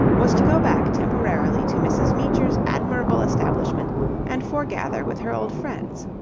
was to go back temporarily to mrs. meecher's admirable establishment and foregather with her old friends.